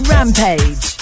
Rampage